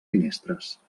finestres